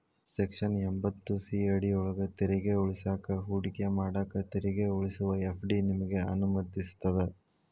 section ಎಂಭತ್ತು C ಅಡಿಯೊಳ್ಗ ತೆರಿಗೆ ಉಳಿಸಾಕ ಹೂಡಿಕೆ ಮಾಡಾಕ ತೆರಿಗೆ ಉಳಿಸುವ ಎಫ್.ಡಿ ನಿಮಗೆ ಅನುಮತಿಸ್ತದ